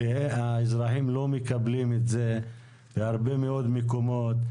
האזרחים לא מקבלים את זה בהרבה מאוד מקומות.